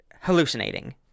hallucinating